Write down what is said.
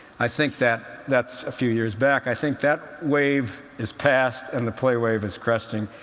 i think that that's a few years back i think that wave is past, and the play wave is cresting,